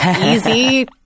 Easy